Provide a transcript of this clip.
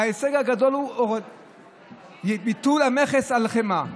ההישג הגדול הוא ביטול המכס על חמאה.